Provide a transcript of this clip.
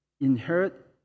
inherit